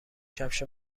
کفش